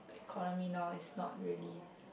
economy now is not really